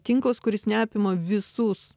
tinklas kuris neapima visus